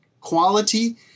quality